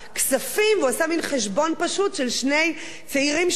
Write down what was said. ועשה מין חשבון פשוט של שני צעירים שמשתכרים,